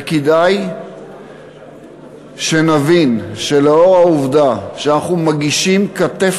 וכדאי שנבין שלנוכח העובדה שאנחנו מגישים כתף